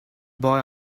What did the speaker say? boy